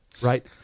Right